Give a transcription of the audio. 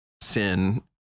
sin